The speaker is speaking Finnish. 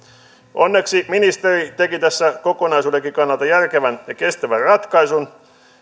onneksi ministeri teki tässä kokonaisuudenkin kannalta järkevän ja kestävän ratkaisun